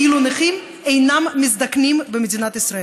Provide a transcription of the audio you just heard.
כאילו נכים אינם מזדקנים בישראל.